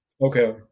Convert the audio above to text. okay